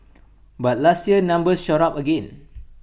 but last year numbers shot up again